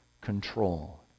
control